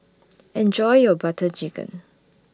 Enjoy your Butter Chicken